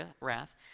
wrath